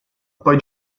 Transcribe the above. poi